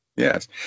Yes